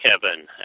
Kevin